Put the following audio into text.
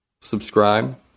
subscribe